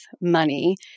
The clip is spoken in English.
money